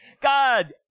God